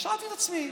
אז שאלתי את עצמי: